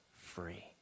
free